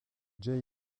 jay